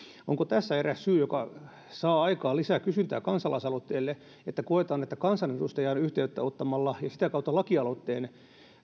onko tässä eräs syy joka saa aikaan lisää kysyntää kansalaisaloitteelle että koetaan että kansanedustajaan yhteyttä ottamalla ja sitä kautta lakialoitteen